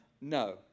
no